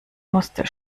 musste